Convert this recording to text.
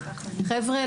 חבר'ה,